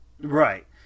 Right